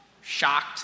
shocked